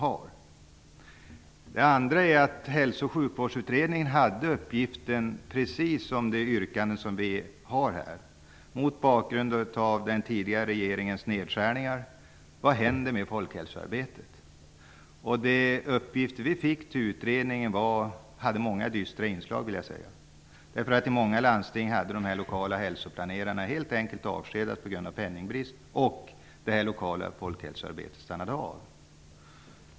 För det andra vill jag säga att Hälso och sjukvårdsutredningen hade uppgiften att undersöka vad som händer med folkhälsoarbetet mot bakgrund av den tidigare regeringens nedskärningar - precis på det sätt som yrkas. De uppgifter vi fick till utredningen hade många dystra inslag, vill jag säga. I många landsting hade de lokala hälsoplanerarna helt enkelt avskedats på grund av penningbrist, och det lokala folkhälsoarbetet stannade av.